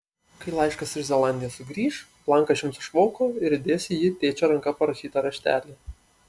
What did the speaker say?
kai laiškas iš zelandijos sugrįš blanką išims iš voko ir įdės į jį tėčio ranka parašytą raštelį